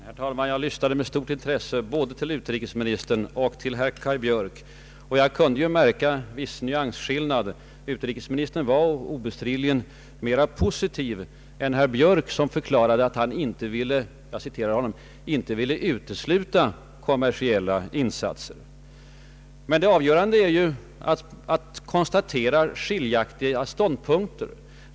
Herr talman! Jag lyssnade med stort intresse på både utrikesministern och herr Kaj Björk, och jag kunde märka vissa nyansskillnader mellan dem. Utrikesministern var obestridligen mera positiv än herr Björk, som förklarade att han ”inte ville utesluta” kommersiella insatser. Men det avgörande är ju att man kan konstatera klart skiljaktiga ståndpunkter i fråga om angelägenheten att stödja enskilda investeringar i u-länderna.